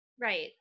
right